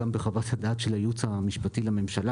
בחוות הדעת של הייעוץ המשפטי לממשלה,